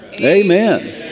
Amen